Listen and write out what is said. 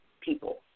people